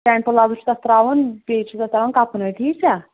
pant پٕلازو چھُ تَتھ ترٛاوُن بیٚیہِ چھُ تَتھ ترٛاوُن کَپ نٔرۍ ٹھیٖک چھا